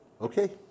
okay